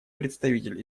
представитель